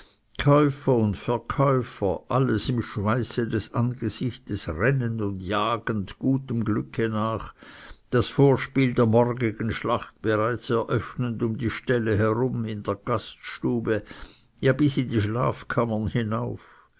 käufer und verkäufer alles im schweiße des angesichtes rennend und jagend gutem glücke nach das vorspiel der morgigen schlacht bereits eröffnend um die ställe herum in der gaststube ja bis in die schlafkammern hinauf